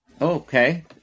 Okay